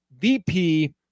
VP